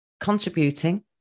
contributing